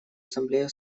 ассамблея